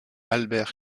albert